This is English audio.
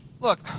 Look